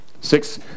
Six